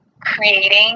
creating